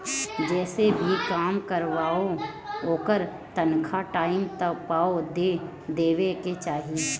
जेसे भी काम करवावअ ओकर तनखा टाइम पअ दे देवे के चाही